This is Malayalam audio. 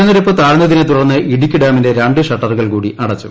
ജലനിരപ്പ് താഴ്ന്നതിനെത്തുടർന്ന് ഇടുക്കി ഡാമിന്റെ ന് രണ്ട് ഷട്ടറുകൾ കൂടി അടച്ചു